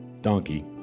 donkey